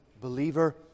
believer